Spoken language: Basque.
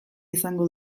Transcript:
izango